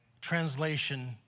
translation